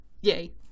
yay